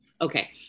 Okay